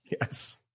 Yes